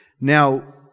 Now